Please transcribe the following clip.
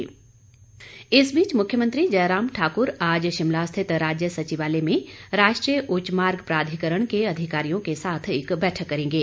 मुख्यमंत्री इस बीच मुख्यमंत्री जयराम ठाक्र आज शिमला स्थित राज्य सचिवालय में राष्ट्रीय उच्च मार्ग प्राधिकरण के अधिकारियों के साथ एक बैठक करेंगे